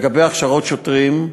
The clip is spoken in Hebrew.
לגבי הכשרות שוטרים,